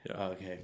Okay